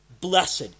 blessed